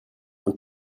und